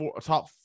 top